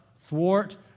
thwart